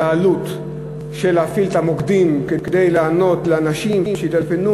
מאשר העלות של להפעיל את המוקדים כדי לענות לאנשים שיטלפנו,